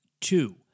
Two